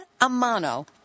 Amano